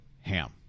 HAM